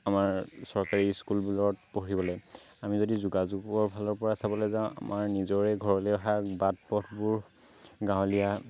আমাৰ চৰকাৰী স্কুলবোৰত পঢ়িবলৈ আমি যদি যোগাযোগৰ ফালৰ পৰা চাবলৈ যাওঁ আমাৰ নিজৰে ঘৰলৈ অহা বাট পথবোৰ গাঁৱলীয়া